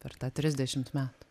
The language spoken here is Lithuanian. per tą trisdešimt metų